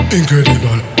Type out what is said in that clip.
Incredible